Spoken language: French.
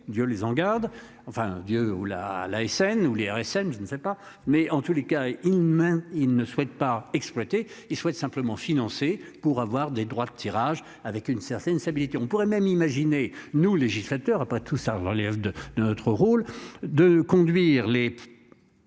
Dieu les en garde enfin Dieu ou la l'ASN où l'IRSN. Je ne sais pas mais en tous les cas il. Il ne souhaite pas exploité, il souhaite simplement. Pour avoir des droits de tirage avec une certaine stabilité. On pourrait même imaginer nous législateurs après tout ça relève de de notre rôle de conduire les.